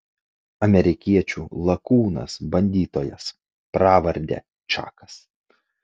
amerikiečių lakūnas bandytojas pravarde čakas